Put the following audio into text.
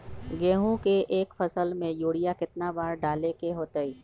गेंहू के एक फसल में यूरिया केतना बार डाले के होई?